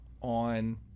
on